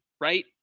right